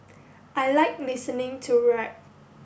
I like listening to rap